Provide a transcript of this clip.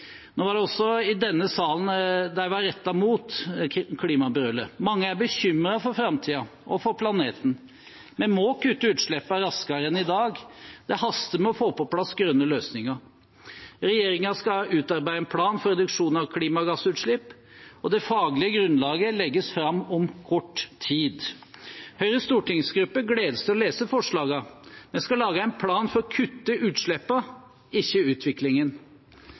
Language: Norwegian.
Nå var det også oss i denne salen klimabrølet var rettet mot. Mange er bekymret for framtiden og for planeten. Vi må kutte utslippene raskere enn i dag. Det haster med å få på plass grønne løsninger. Regjeringen skal utarbeide en plan for reduksjon av klimagassutslipp. Det faglige grunnlaget legges fram om kort tid. Høyres stortingsgruppe gleder seg til å lese forslagene. Vi skal lage en plan for å kutte utslippene, ikke utviklingen.